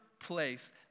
place